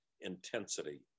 intensity